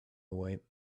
away